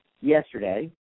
yesterday